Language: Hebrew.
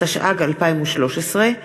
התשע"ג 2013,